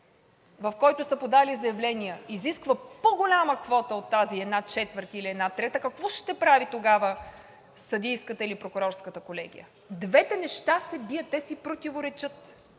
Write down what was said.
в който са подали заявления, изисква по-голяма квота от тази една четвърт или една трета – какво ще прави тогава съдийската или прокурорската колегия? Двете неща се бият, те си противоречат